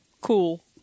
cool